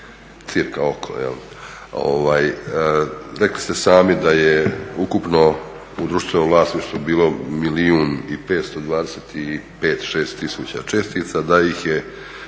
cca oko, rekli ste sami da je ukupno u društvenom vlasništvu bilo milijun i 525, 6 tisuća čestica, da ih je